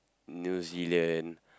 New Zealand